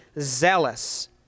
zealous